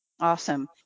Awesome